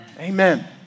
Amen